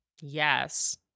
Yes